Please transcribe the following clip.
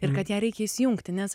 ir kad ją reikia įsijungti nes